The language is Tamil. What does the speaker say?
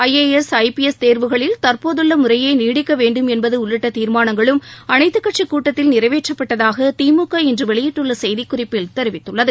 I A S I P S தேர்வுகளில் தற்போதுள்ள முறையே நீடிக்க வேண்டும் என்பது உள்ளிட்ட தீர்மானங்களும் அனைத்துக் கட்சிக் கூட்டத்தில் நிறைவேற்றப்பட்டதாக திமுக இன்று வெளியிட்டுள்ள செய்திக் குறிப்பில் தெரிவிக்கப்பட்டுள்ளது